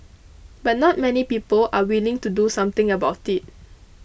but not many people are willing to do something about it